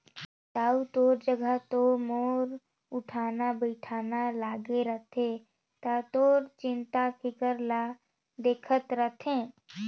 दाऊ तोर जघा तो मोर उठना बइठना लागे रथे त तोर चिंता फिकर ल देखत रथें